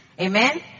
Amen